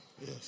Yes